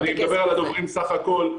אני מדבר על הדוברים סך הכל,